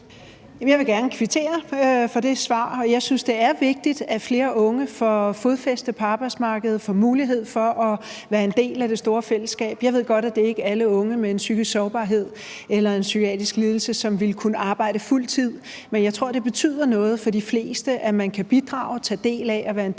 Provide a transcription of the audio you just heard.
Jeg vil gerne kvittere for det svar. Jeg synes, det er vigtigt, at flere unge får fodfæste på arbejdsmarkedet og får mulighed for at være en del af det store fællesskab. Jeg ved godt, at det ikke er alle unge med en psykisk sårbarhed eller en psykiatrisk lidelse, som ville kunne arbejde fuld tid, men jeg tror, at det betyder noget for de fleste, at man kan bidrage og tage del i at være en del af